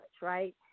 right